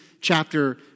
chapter